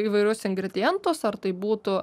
įvairius ingredientus ar tai būtų